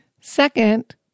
Second